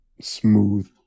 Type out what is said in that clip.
smooth